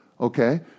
Okay